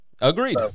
Agreed